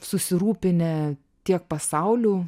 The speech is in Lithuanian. susirūpinę tiek pasaulio